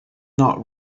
not